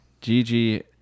Gigi